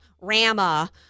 Rama